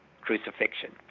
crucifixion